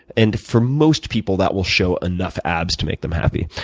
and for most people that will show enough abs to make them happy.